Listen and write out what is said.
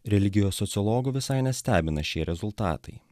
religijos sociologų visai nestebina šie rezultatai